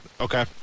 Okay